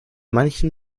manchen